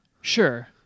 Sure